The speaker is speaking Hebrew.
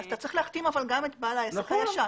אתה צריך להחתים את בעל העסק הישן,